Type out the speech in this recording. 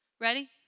Ready